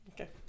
okay